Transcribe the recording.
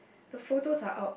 the photos are out